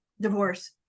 divorce